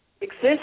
exist